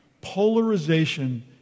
Polarization